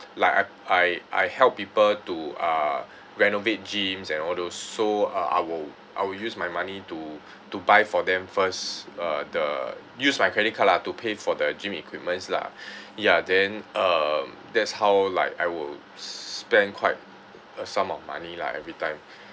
like I I I help people to uh renovate gyms and all those so I will I will use my money to to buy for them first uh the use my credit card lah to pay for the gym equipments lah ya then uh that's how like I will spend quite a sum of money lah every time